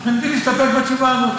מבחינתי להסתפק בתשובה הזאת.